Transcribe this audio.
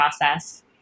process